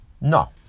no